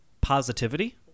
positivity